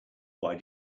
why